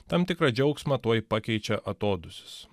tam tikrą džiaugsmą tuoj pakeičia atodūsis